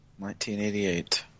1988